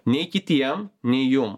nei kitiem nei jum